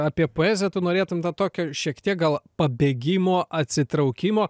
apie poeziją tu norėtum tą tokio šiek tiek gal pabėgimo atsitraukimo